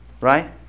Right